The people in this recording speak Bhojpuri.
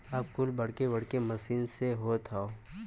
अब कुल बड़की बड़की मसीन से होत हौ